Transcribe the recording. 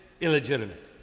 illegitimate